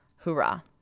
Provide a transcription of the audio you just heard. hoorah